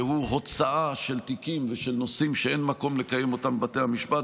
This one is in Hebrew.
והוא הוצאה של תיקים ושל נושאים שאין מקום לקיים אותם בבתי המשפט.